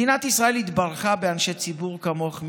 מדינת ישראל התברכה באנשי ציבור כמוך,